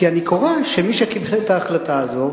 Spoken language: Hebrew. כי אני קורא שמי שקיבל את ההחלטה הזאת